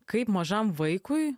kaip mažam vaikui